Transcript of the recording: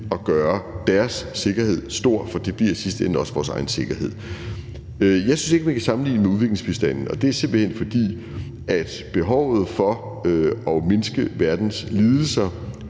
at gøre deres sikkerhed stor, for det bliver i sidste ende også vores egen sikkerhed. Jeg synes ikke, at man kan sammenligne det med udviklingsbistanden. Det er simpelt hen, fordi behovet for at mindske verdens lidelser,